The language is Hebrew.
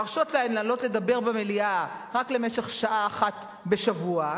להרשות להן לעלות לדבר במליאה רק למשך שעה אחת בשבוע,